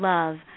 Love